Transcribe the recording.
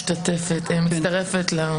מצטרפת.